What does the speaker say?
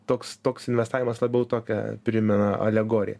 toks toks investavimas labiau tokią primena alegoriją